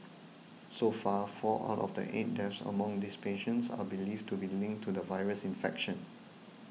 so far four out of eight deaths among these patients are believed to be linked to the virus infection